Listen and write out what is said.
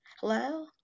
hello